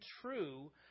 true